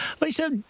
Lisa